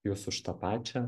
jūs už tą pačią